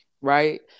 Right